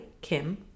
Kim